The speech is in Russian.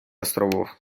островов